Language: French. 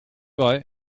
vrai